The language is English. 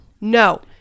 no